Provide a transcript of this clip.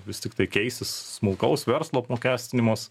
vis tiktai keisis smulkaus verslo apmokestinimas